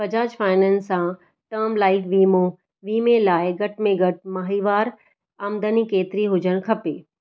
बजाज फाइनेंस सां term life वीमो वीमे लाइ घटि में घटि माहिवारु आमदनी केतिरी हुजणु खपे